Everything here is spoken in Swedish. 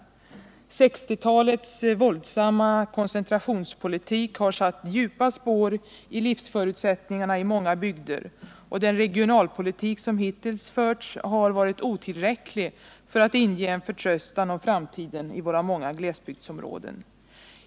1960-talets våldsamma koncentrationspolitik har satt djupa spår i livsförutsättningarna i många bygder, och den regionalpolitik som hittills förts har varit otillräcklig för att inge en förtröstan om framtiden i våra många glesbygdsområden.